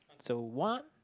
so what